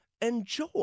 Enjoy